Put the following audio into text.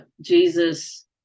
Jesus